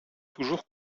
toujours